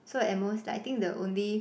so at most like I think the only